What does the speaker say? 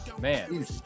man